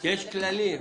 יש כללים.